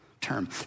term